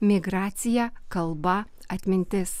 migracija kalba atmintis